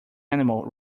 animal